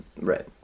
right